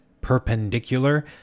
perpendicular